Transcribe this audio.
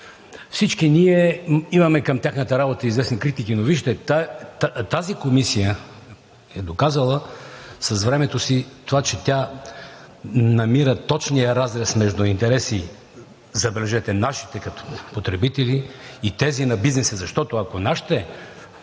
Всички ние имаме към тяхната работа известни критики, но вижте, тази Комисия е доказала с времето си това, че тя намира точния разрез между интереси – забележете, нашите като потребители и тези на бизнеса, защото, ако нашите